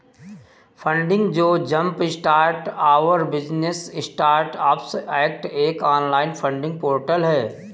funding जो jumpstart our business startups act एक online funding portal है